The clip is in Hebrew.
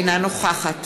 אינה נוכחת